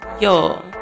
Yo